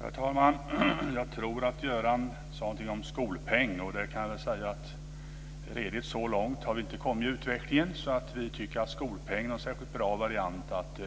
Herr talman! Jag tror att Göran Hägglund sade någonting om skolpeng. Vi har inte kommit så långt i utvecklingen att vi tycker att skolpengen är en särskilt bra variant för att